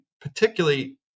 particularly